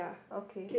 okay